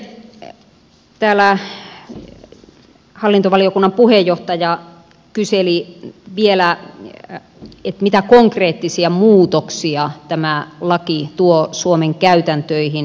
sitten täällä hallintovaliokunnan puheenjohtaja kyseli vielä mitä konkreettisia muutoksia tämä laki tuo suomen käytäntöihin